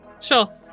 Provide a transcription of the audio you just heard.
Sure